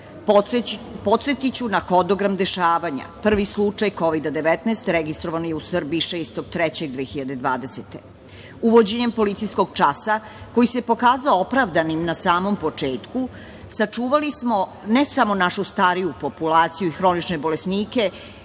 podsetiću na hodogram dešavanja. Prvi slučaj Kovida-19 registrovan je u Srbiji 6. marta 2020. godine. Uvođenjem policijskog časa, koji se pokazao opravdanim na samom početku, sačuvali smo ne samo našu stariju populaciju i hronične bolesnike,